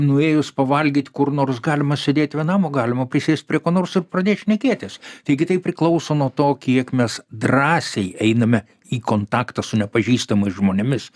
nuėjus pavalgyt kur nors galima sėdėt vienam o galima prisėst prie ko nors ir pradėt šnekėtis taigi tai priklauso nuo to kiek mes drąsiai einame į kontaktą su nepažįstamais žmonėmis